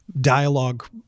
dialogue